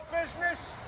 business